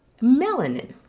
melanin